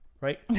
right